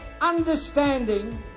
understanding